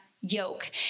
yoke